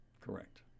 Correct